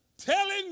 Telling